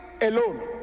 alone